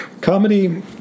Comedy